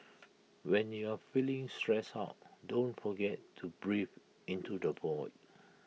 when you are feeling stressed out don't forget to breathe into the void